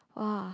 !woah!